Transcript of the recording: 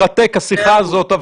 השיחה הזאת מרתקת.